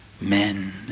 men